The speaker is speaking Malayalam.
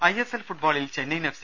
ഐഎസ്എൽ ഫുട്ബോളിൽ ചെന്നൈയിൻ എഫ്